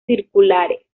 circulares